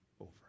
over